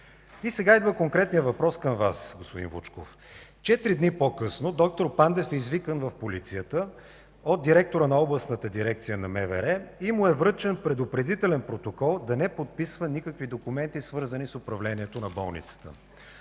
И сега идва конкретният въпрос към Вас, господин Вучков. Четири дни по-късно д-р Пандев е извикан в полицията от директора на Областната дирекция на МВР и му е връчен предупредителен протокол да не подписва никакви документи, свързани с управлението на болницата.